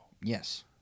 Yes